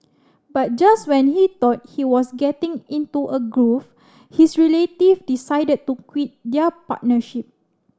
but just when he thought he was getting into a groove his relative decided to quit their partnership